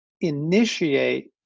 initiate